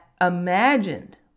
imagined